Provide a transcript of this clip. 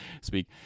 speak